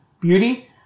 beauty